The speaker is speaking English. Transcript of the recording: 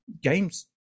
games